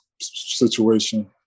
situation